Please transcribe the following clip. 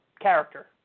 character